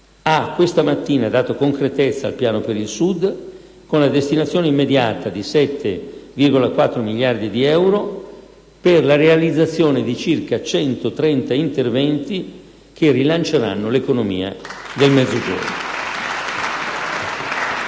ha questa mattina dato concretezza al Piano per il Sud, con la destinazione immediata di 7,4 miliardi di euro per la realizzazione di circa 130 interventi che rilanceranno l'economia del Mezzogiorno.